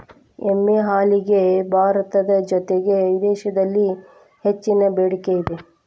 ಎಮ್ಮೆ ಹಾಲಿಗೆ ಭಾರತದ ಜೊತೆಗೆ ವಿದೇಶಿದಲ್ಲಿ ಹೆಚ್ಚಿನ ಬೆಡಿಕೆ ಇದೆ